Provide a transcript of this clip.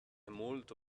molto